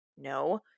No